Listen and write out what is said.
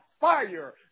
fire